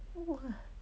!wah!